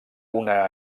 una